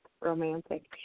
romantic